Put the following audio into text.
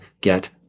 get